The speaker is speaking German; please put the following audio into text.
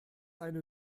eine